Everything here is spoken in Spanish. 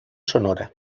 sonora